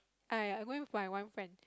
aiyah I going with my one friend